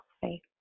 faith